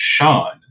Sean